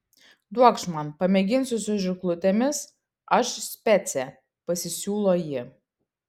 duokš man pamėginsiu su žirklutėmis aš specė pasisiūlo ji